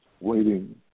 waiting